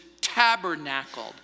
tabernacled